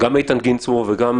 איתן גינזבורג,